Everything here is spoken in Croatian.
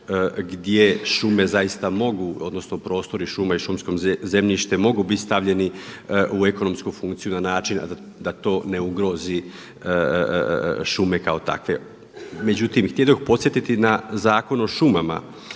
gdje šume zaista mogu odnosno prostori šuma i šumsko zemljište mogu biti stavljeni u ekonomsku funkciju na način da to ne ugrozi šume kao takve. Međutim, htjedoh podsjetiti na Zakon o šumama